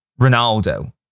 Ronaldo